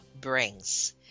brings